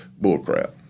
Bullcrap